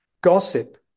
gossip